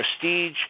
prestige